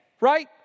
right